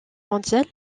mondiale